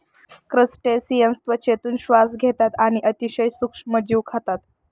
crustaceans त्वचेतून श्वास घेतात आणि अतिशय सूक्ष्म जीव खातात